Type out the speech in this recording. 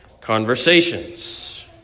conversations